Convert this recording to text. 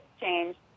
change